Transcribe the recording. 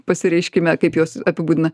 pasireiškime kaip jos apibūdina